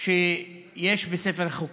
שיש בספר החוקים.